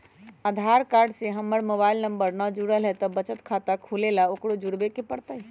आधार card से हमर mobile number न जुरल है त बचत खाता खुलवा ला उकरो जुड़बे के पड़तई?